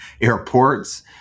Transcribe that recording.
airports